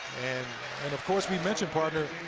kind of course, we mentioned, partner,